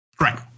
Right